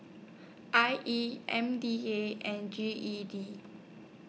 I E M D A and G E D